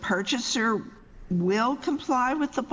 purchaser will comply with the